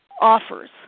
offers